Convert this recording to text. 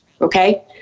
okay